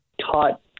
taught